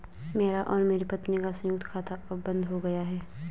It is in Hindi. मेरा और मेरी पत्नी का संयुक्त खाता अब बंद हो गया है